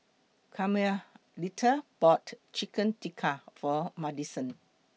Carmelita bought Chicken Tikka For Madisen